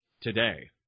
today